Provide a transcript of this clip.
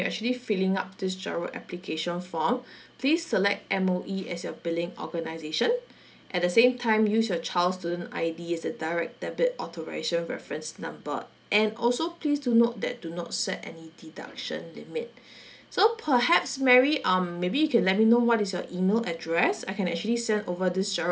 actually filling out this GIRO application form please select M_O_E as your billing organisation at the same time use your child's student I_D as the direct debit authorisation reference number and also please do note that do not set any deduction limit so perhaps mary um maybe you can let me know what is your email address I can actually send over this GIRO